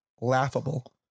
Laughable